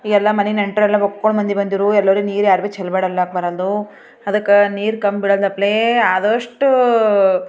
ಎಲ್ಲ ಮನೆ ನೆಂಟರೆಲ್ಲ ಒಕ್ಕೊಂಡು ಮಂದಿ ಬಂದಿದ್ರು ಎಲ್ಲರೂ ನೀರು ಯಾರು ಬೀ ಚೆಲ್ಬೇಡ ಅಲ್ಲಿ ಹಾಕ್ಬೇಡ ಅಂದು ಅದಕ್ಕೆ ನೀರು ಕಮ್ಮಿ ಬೀಳದಾಕ್ಲೇ ಆದಷ್ಟು